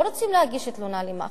לא רוצים להגיש תלונה למח"ש.